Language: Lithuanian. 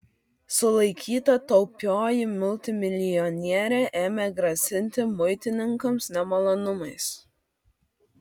sulaikyta taupioji multimilijonierė ėmė grasinti muitininkams nemalonumais